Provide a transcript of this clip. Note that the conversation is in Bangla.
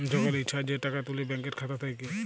যখল ইছা যে টাকা তুলে ব্যাংকের খাতা থ্যাইকে